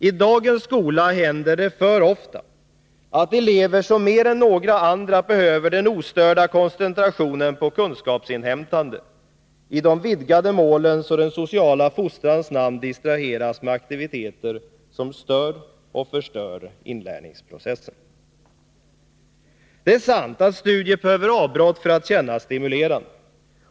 I dagens skola händer det för ofta att elever, som mer än några andra behöver den ostörda koncentrationen på kunskapsinhämtande, i de vidgade målens och den sociala fostrans namn distraheras med aktiviteter som stör och förstör inlärningsprocessen. Det är sant att studier behöver avbrott för att kännas stimulerande.